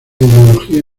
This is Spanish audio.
ideología